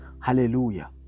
Hallelujah